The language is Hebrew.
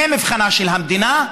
זה מבחנה של המדינה,